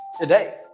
today